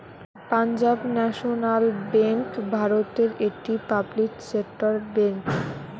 Punjab national bank ভারতের একটি public sector bank